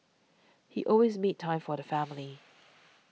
he always made time for the family